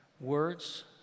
words